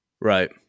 Right